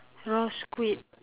raw squid